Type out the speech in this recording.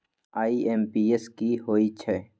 IMPS की होईछइ?